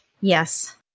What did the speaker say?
Yes